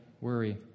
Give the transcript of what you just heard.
worry